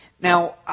Now